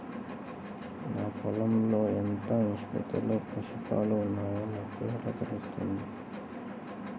నా పొలం లో ఎంత నిష్పత్తిలో పోషకాలు వున్నాయో నాకు ఎలా తెలుస్తుంది?